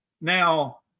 Now